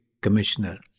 Commissioner